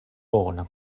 bona